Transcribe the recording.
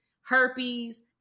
herpes